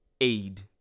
aid